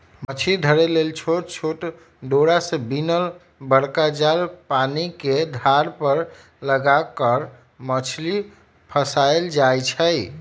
मछरी धरे लेल छोट छोट डोरा से बिनल बरका जाल पानिके धार पर लगा कऽ मछरी फसायल जाइ छै